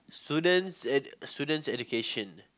student's ed~ student's education